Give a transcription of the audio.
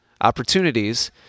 opportunities